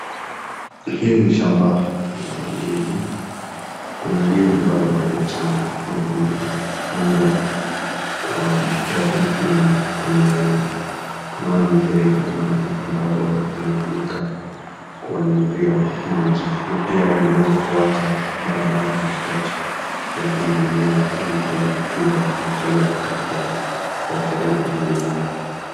Hii ni shamba la ndizi. Kuna ndizi ambazo bado ni changa na zimepandwa kwa utaratibu fulani, kwenye laini. Tunaona mifereji ya maji ambazo zinatumika kuwanyunyizia maji. Na pia wameweza kuacha barabara katikati ya hizi mimea, ili mtu anapokuja anatembea hapo katikati ndio asiharibu hizi mimea.